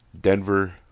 Denver